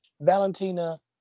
Valentina